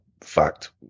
fact